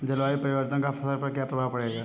जलवायु परिवर्तन का फसल पर क्या प्रभाव पड़ेगा?